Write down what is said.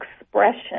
expression